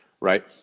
right